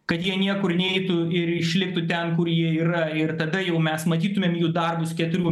kad jie niekur neitų ir išliktų ten kur jie yra ir tada jau mes matytumėm jų darbus keturių